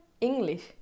English